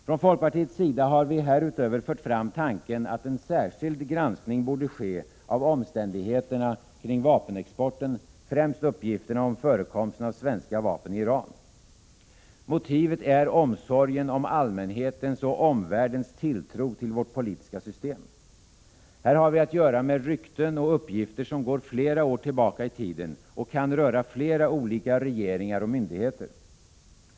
Från folkpartiets sida har vi härutöver fört fram tanken att en särskild granskning borde ske av omständigheterna kring vapenexporten, främst uppgifterna om förekomsten av svenska vapen i Iran. Motivet är omsorgen om allmänhetens och omvärldens tilltro till vårt politiska system. Här har vi att göra med rykten och uppgifter som går flera år tillbaka i tiden och kan röra flera olika regeringar och myndigheter.